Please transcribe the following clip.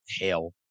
hell